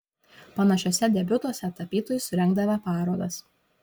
panašiuose debiutuose tapytojai surengdavę parodas